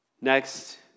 Next